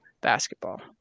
basketball